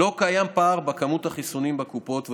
לא קיים פער בכמות החיסונים בקופות,